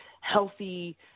healthy